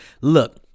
look